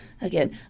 Again